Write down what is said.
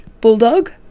Bulldog